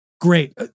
Great